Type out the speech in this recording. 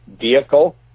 vehicle